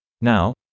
Now